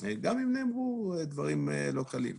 גם אם נאמרו דברים לא קלים.